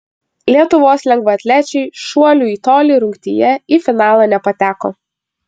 lietuvos lengvaatlečiai šuolių į tolį rungtyje į finalą nepateko